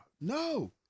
No